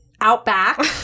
Outback